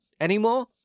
anymore